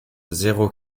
zéro